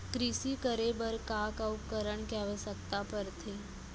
कृषि करे बर का का उपकरण के आवश्यकता परथे?